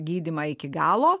gydymą iki galo